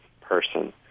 person